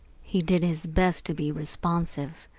he did his best to be responsive,